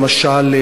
למשל,